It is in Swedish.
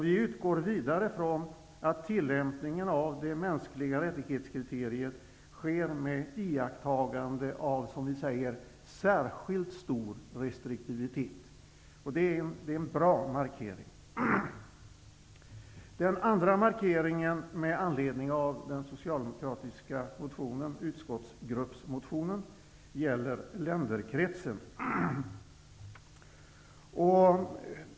Vi utgår vidare från att tillämpningen av kriteriet för mänskliga rättigheter sker med iakttagande av särskilt stor restriktivitet. Det är en bra markering. Den andra markeringen med anledning av den socialdemokratiska utskottsgruppens motion gäller länderkretsen.